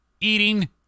eating